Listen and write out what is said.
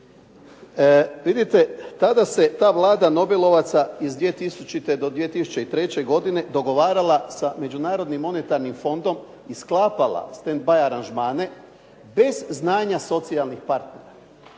Vidite, tada se ta Vlada nobelovaca iz 2000. do 2003. godine dogovarala sa Međunarodnim monetarnim fondom i sklapala stand by aranžmane bez znanja socijalnih partnera,